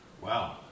Wow